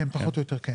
פחות או יותר כן.